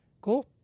Cool